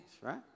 right